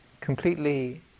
completely